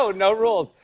so no rules.